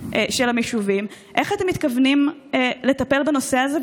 של הנישובים, איך אתם מתכוונים לטפל בנושא הזה?